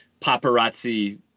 paparazzi